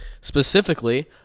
Specifically